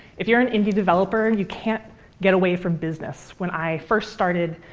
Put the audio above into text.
if you're an indie developer, you can't get away from business. when i first started,